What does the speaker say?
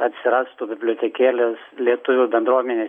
atsirastų bibliotekėlės lietuvių bendruomenės